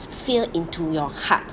fear into your heart